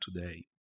today